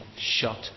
shut